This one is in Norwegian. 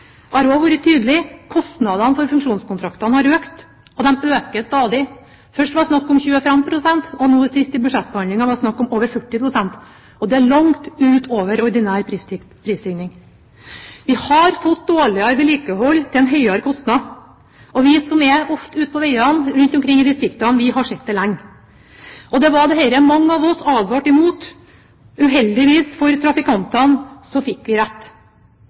har også vært tydelig: Kostnadene for funksjonskontraktene har økt, og de øker stadig. Først var det snakk om 25 pst., og nå sist i budsjettbehandlingen var det snakk om over 40 pst. Det er langt over ordinær prisstigning. Vi har fått dårligere vedlikehold til en større kostnad, og vi som ofte er ute på veiene rundt omkring i distriktene, har sett det lenge. Det var dette mange av oss advarte mot. Uheldigvis for trafikantene fikk vi rett.